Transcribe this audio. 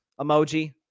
emoji